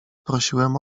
prosiłem